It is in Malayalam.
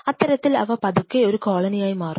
അത്തരത്തിൽ അവ പതുക്കെ ഒരു കോളനിയായി മാറും